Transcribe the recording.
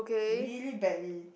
really badly